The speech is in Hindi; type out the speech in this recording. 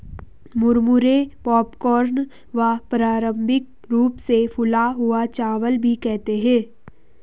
मुरमुरे पॉपकॉर्न व पारम्परिक रूप से फूला हुआ चावल भी कहते है